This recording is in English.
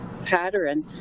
pattern